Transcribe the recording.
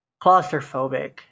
Claustrophobic